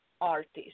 artist